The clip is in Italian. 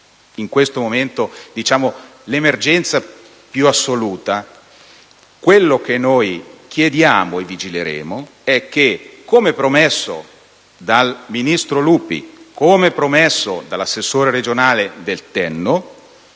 in questo momento l'emergenza più acuta, quello che chiediamo e su cui vigileremo è che, come promesso dal ministro Lupi e dall'assessore regionale Del Tenno,